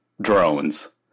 drones